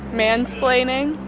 mansplaining.